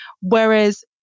Whereas